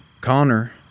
Connor